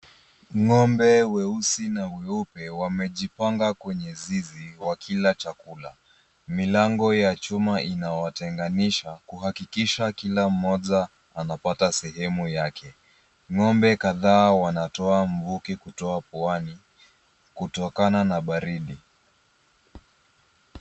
Ngombe weusi na weupe ,wamejipanga kwenye zizi wakila chakula .Milango ya chuma inawatenganisha kuhakikisha kila mmoja anapata sehemu yake. Ngombe kadhaa wanatoa mvuke kutoa puani, kutokana na baridi.